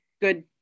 good